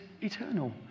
eternal